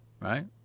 right